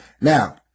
Now